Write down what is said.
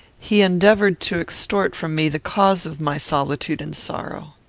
he endeavoured to extort from me the cause of my solitude and sorrow.